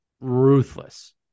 ruthless